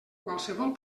qualsevol